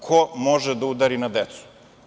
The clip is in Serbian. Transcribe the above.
Ko može da udari na decu?